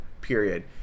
period